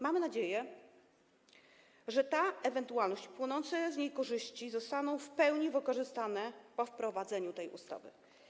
Mamy nadzieję, że ta ewentualność, płynące z niej korzyści zostaną w pełni wykorzystane po wprowadzeniu tej ustawy.